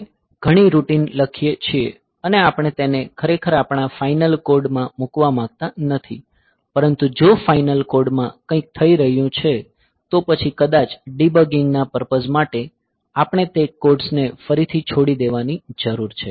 આપણે ઘણી રૂટિન લખીએ છીએ અને આપણે તેને ખરેખર આપણા ફાઇનલ કોડ માં મૂકવા માંગતા નથી પરંતુ જો ફાઇનલ કોડ માં કંઇક થઈ રહ્યું છે તો પછી કદાચ ડિબગિંગ ના પર્પઝ માટે આપણે તે કોડ્સ ને ફરીથી છોડી દેવાની જરૂર છે